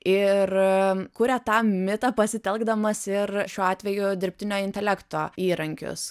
ir kuria tą mitą pasitelkdamas ir šiuo atveju dirbtinio intelekto įrankius